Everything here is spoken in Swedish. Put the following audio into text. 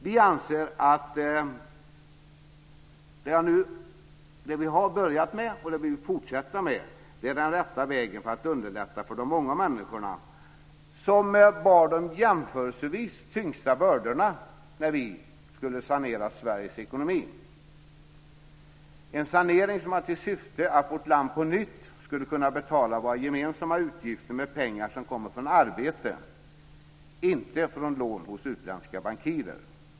Vi anser att det vi har börjat med och det vi vill fortsätta med är den rätta vägen för att underlätta för de många människor som bar de jämförelsevis tyngsta bördorna när vi skulle sanera Sveriges ekonomi - en sanering som hade till syfte att vårt land på nytt skulle kunna betala våra gemensamma utgifter med pengar som kommer från arbete och inte från lån hos utländska bankirer.